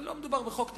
לא מדובר בחוק תקציבי,